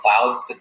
clouds